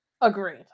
Agreed